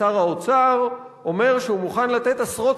שר האוצר אומר שהוא מוכן לתת עשרות